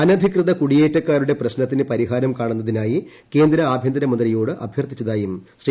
അനധികൃത കുടിയേറ്റക്കാരുടെ പ്രശ്നത്തിന് പരിഹാരം കാണുന്നതിനായി കേന്ദ്ര ആഭ്യന്തരമന്ത്രിയോട് അഭ്യർത്ഥിച്ചതായും ശ്രീ